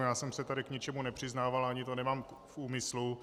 Já jsem se tady k ničemu nepřiznával, ani to nemám v úmyslu.